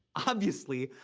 obviously,